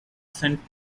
sent